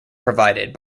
provided